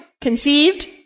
conceived